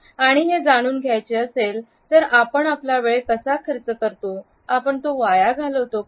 आणि हे जाणून घ्यायचे असेल तर आपण आपला वेळ कसा खर्च करतो आपण तो वाया घालवतो का